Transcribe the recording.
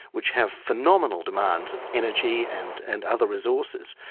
which have phenomenal demands of energy and and other resources,